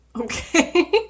Okay